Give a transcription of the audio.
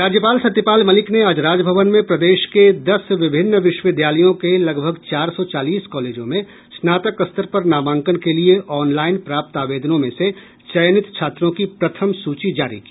राज्यपाल सत्यपाल मलिक ने आज राजभवन में प्रदेश के दस विभिन्न विश्वविद्यालयों के लगभग चार सौ चालीस कॉलेजों में स्नातक स्तर पर नामांकन के लिए ऑनलाइन प्राप्त आवेदनों में से चयनित छात्रों की प्रथम सूची जारी की